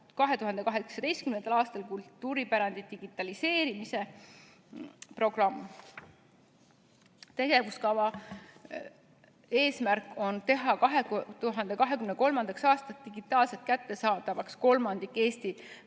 2018. aastal kultuuripärandi digitaliseerimise programm. Selle eesmärk on teha 2023. aastaks digitaalselt kättesaadavaks kolmandik Eesti